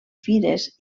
fires